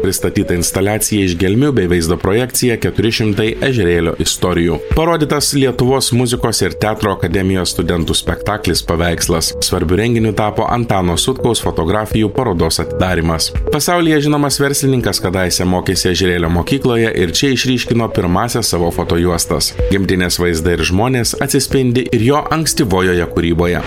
pristatyta instaliacija iš gelmių bei vaizdo projekcija keturi šimtai ežerėlio istorijų parodytas lietuvos muzikos ir teatro akademijos studentų spektaklis paveikslas svarbiu renginiu tapo antano sutkaus fotografijų parodos atidarymas pasaulyje žinomas verslininkas kadaise mokėsi ežerėlio mokykloje ir čia išryškino pirmąsias savo fotojuostas gimtinės vaizdai ir žmonės atsispindi ir jo ankstyvojoje kūryboje